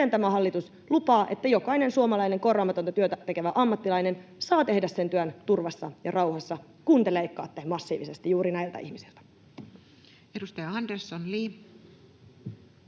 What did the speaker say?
tämä hallitus lupaa, että jokainen suomalainen korvaamatonta työtä tekevä ammattilainen saa tehdä sen työn turvassa ja rauhassa, kun te leikkaatte massiivisesti juuri näiltä ihmisiltä? [Speech 39]